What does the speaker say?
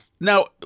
now